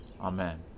Amen